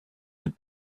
had